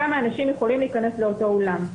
כמה אנשים יכולים להיכנס לאותו אולם.